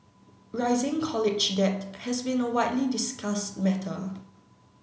rising college debt has been a widely discussed matter